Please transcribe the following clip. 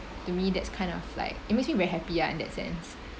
to me that's kind of like it makes me very happy lah in that sense